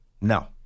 no